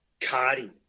Cardi